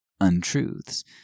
untruths